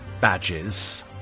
badges